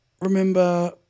remember